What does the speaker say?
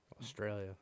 Australia